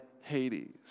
Hades